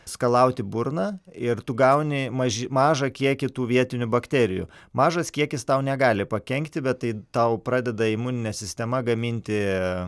skalauti burną ir tu gauni maž mažą kiekį tų vietinių bakterijų mažas kiekis tau negali pakenkti bet tai tau pradeda imuninė sistema gaminti